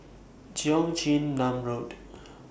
Cheong Chin Nam Road